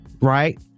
right